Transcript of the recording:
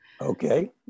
Okay